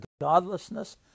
godlessness